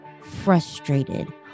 frustrated